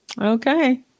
Okay